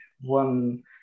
one